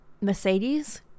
Mercedes